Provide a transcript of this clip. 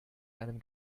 einem